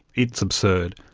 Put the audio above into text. it's absurd.